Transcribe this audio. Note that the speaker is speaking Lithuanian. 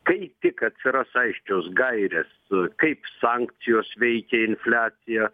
kai tik atsiras aiškios gairės kaip sankcijos veikia infliaciją